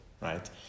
right